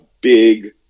big